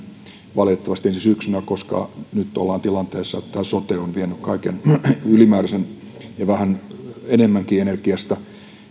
valitettavasti ensi syksynä koska nyt ollaan tilanteessa että tämä sote on vienyt kaiken ylimääräisen ja vähän enemmänkin energiasta